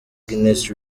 guinness